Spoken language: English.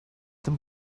them